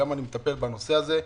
אני מטפל בנושא הזה.